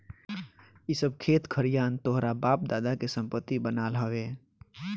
इ सब खेत खरिहान तोहरा बाप दादा के संपत्ति बनाल हवे